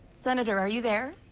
senator, are you there?